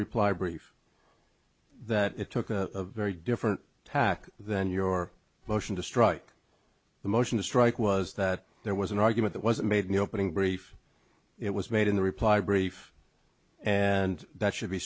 reply brief that it took a very different tack than your motion to strike the motion to strike was that there was an argument that was made in the opening brief it was made in the reply brief and that should be